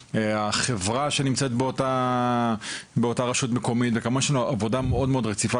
החברה שנמצאת באותה רשות מקומית וגם יש לנו עבודה מאוד רציפה